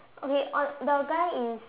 okay on the guy is